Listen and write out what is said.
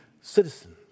citizen